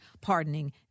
pardoning